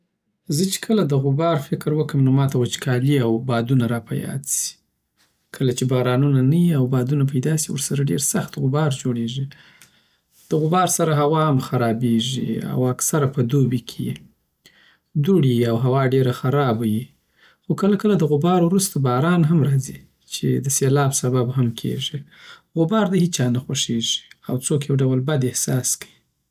زه چی کله د غبارفکر وکم، نو ما ته وچکالي او د بادونه راپه یاد سی کله چی بارانونه نه یی او بادونه پیداسی ورسره ډیر سخت غبار جوړیږی دغبار سره هوا هم خرابیږی او اکثره په دوبی کی وی دوړی وی او هوا دیره خرابه وی خو کله کله دغبار وروسته باران هم راځی چی دسیلاب سبب هم کیږی غبار دهیچا نه خوښیږی او څوک یو ډول بد احساس کوی